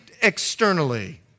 externally